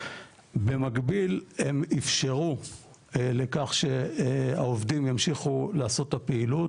במקביל הם אפשרו לכך שהעובדים ימשיכו לעשות את הפעילות,